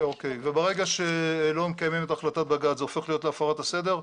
ברגע שלא מקיימים את החלטת בג"צ וזה הופך להיות הפרת סדר,